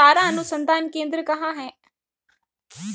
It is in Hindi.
चारा अनुसंधान केंद्र कहाँ है?